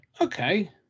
okay